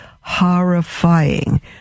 horrifying